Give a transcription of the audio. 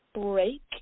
break